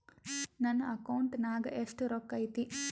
ನನ್ನ ಅಕೌಂಟ್ ನಾಗ ಎಷ್ಟು ರೊಕ್ಕ ಐತಿ?